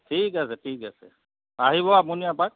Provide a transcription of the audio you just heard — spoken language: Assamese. ঠিক আছে ঠিক আছে আহিব আপুনি এপাক